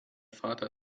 vater